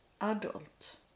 adult